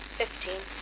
fifteen